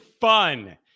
fun